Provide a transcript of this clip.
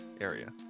area